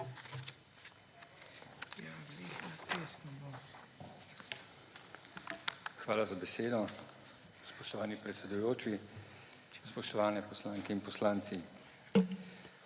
Hvala za besedo. Spoštovani predsedujoči, spoštovani poslanke in poslanci!